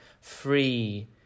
free